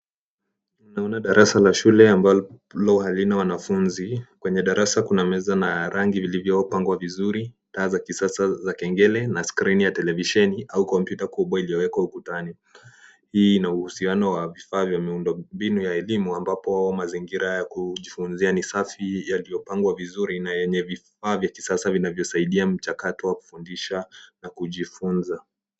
Tunaona darasa la shule ambalo halina wanafunzi. kwenye darasa kuna meza na rangi vilivyopangwa vizuri, taa za kisasa za kengele na skrini ya televisheni au kompyuta kubwa iliyowekwa ukutani. Hii ina uhusiano wa vifaa vya miundo mbinu ya elimu ambapo mazingira ya kujifunzia ni safi yaliyopangwa vizuri na enye vifaa vya kisasa vinavyosaidia mchakato wa kufundisha na kujifunza.